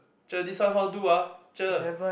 cher this one how to do ah cher